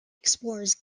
explores